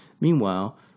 Meanwhile